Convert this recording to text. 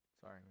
Sorry